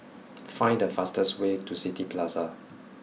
find the fastest way to City Plaza